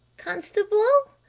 constable,